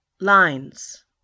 Lines